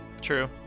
True